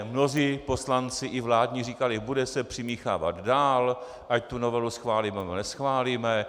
Mnozí poslanci, i vládní, říkali: bude se přimíchávat dál, ať tu novelu schválíme, nebo neschválíme.